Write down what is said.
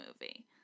movie